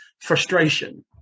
frustration